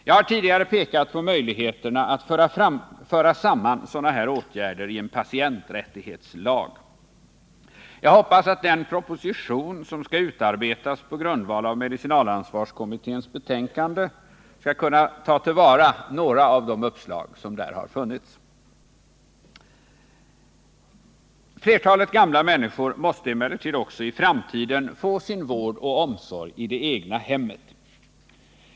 Jag har tidigare pekat på möjligheterna att föra samman sådana åtgärder i en patienträttighetslag. Jag hoppas att den proposition som skall utarbetas på grundval av medicinalansvarskommitténs betänkande skall kunna ta till vara några av de uppslag som där har funnits. Flertalet gamla människor måste emellertid även i framtiden få sin vård och omsorg i det egna hemmet.